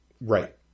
Right